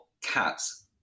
Cats